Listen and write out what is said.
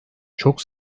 çok